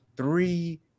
Three